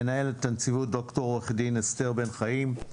מנהלת הנציבות ד"ר עו"ד אסתר בן חיים,